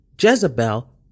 Jezebel